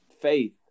faith